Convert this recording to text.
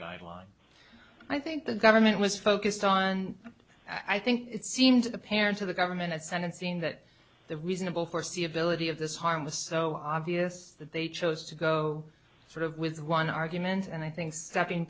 guideline i think the government was focused on i think it seemed apparent to the government at sentencing that the reasonable foreseeability of this harm was so obvious that they chose to go sort of with one argument and i think stepping